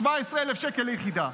17,000 שקל ליחידה.